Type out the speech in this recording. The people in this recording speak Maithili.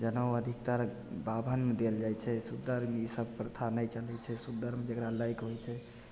जनउ अधिकतर बाभनमे देल जाइ छै सुद्दरमे ईसब प्रथा नहि चलै छै सुद्दरमे जकरा लैके होइ छै